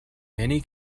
many